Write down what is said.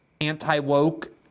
Anti-Woke